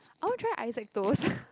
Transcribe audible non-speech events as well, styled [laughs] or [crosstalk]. I wanna try Isaac Toast [laughs]